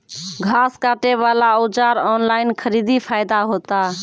घास काटे बला औजार ऑनलाइन खरीदी फायदा होता?